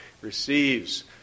receives